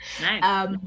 Nice